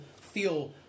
feel